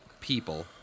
people